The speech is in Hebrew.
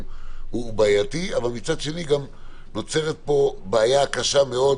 הוא בעייתי אבל מצד שני נוצרת כאן בעיה קשה מאוד